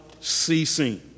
ceasing